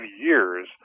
years